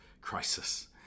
crisis